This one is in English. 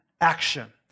action